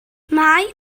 mae